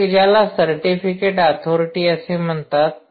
एक ज्याला certificate authority असे म्हणतात